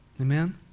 Amen